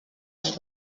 als